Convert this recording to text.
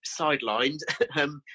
sidelined